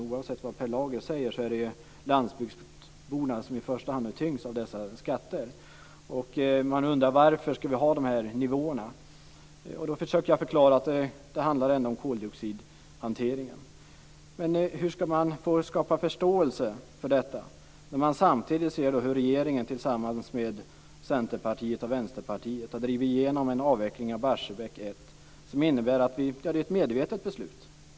Oavsett vad Per Lager säger är det ju de som i första hand tyngs av dessa skatter. Man undrar varför vi ska ha de nivåer som vi har. Då försöker jag förklara att det handlar om koldioxidhanteringen. Men hur ska man skapa förståelse för detta när regeringen samtidigt tillsammans med Centerpartiet och Vänsterpartiet har drivit igenom en avveckling av Barsebäck 1, och det är ett medvetet beslut.